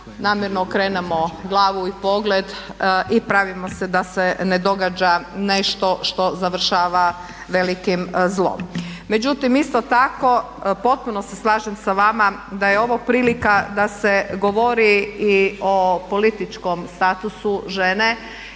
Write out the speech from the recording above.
namjerno okrenemo glavu i pogled i pravimo se da se ne događa nešto što završava velikim zlom. Međutim, isto tako potpuno se slažem s vama da je ovo prilika da se govori i o političkom statusu žene